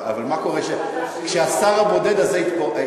אבל מה קורה כשהשר הבודד הזה יתפטר?